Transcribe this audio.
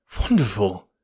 Wonderful